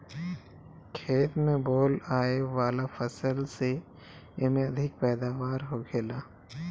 खेत में बोअल आए वाला फसल से एमे अधिक पैदावार होखेला